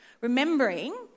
Remembering